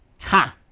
Ha